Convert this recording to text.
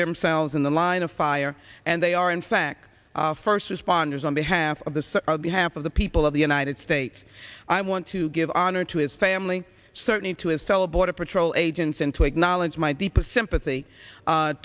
themselves in the line of fire and they are in fact first responders on behalf of the behalf of the people of the united states i want to give honor to his family certainly to his fellow border patrol agents and to acknowledge my deepest sympathy